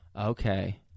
Okay